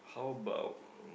how about